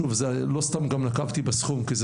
שוב זה לא סתם גם נקבתי בסכום כי זה